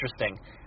interesting